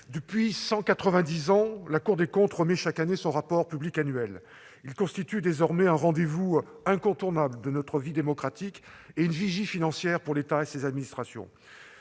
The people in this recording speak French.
depuis 190 ans, la Cour des comptes remet chaque année son rapport public annuel. Celui-ci constitue désormais un rendez-vous incontournable de notre vie démocratique et une vigie financière pour l'État et ses administrations.